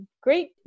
great